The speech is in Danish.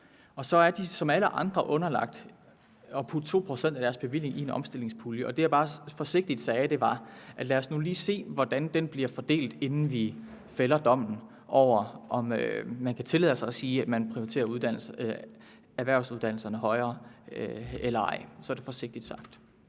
år. Så er de som alle andre underlagt at putte 2 pct. af deres bevilling i en omstillingspulje, og det, jeg bare forsigtigt sagde, var: Lad os nu lige se, hvordan den bliver fordelt, inden vi fælder dommen over, om man kan tillade sig at sige noget om, hvorvidt erhvervsuddannelserne bliver prioriteret højere eller ej. Så er det forsigtigt sagt.